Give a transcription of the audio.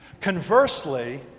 Conversely